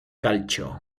calcio